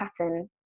pattern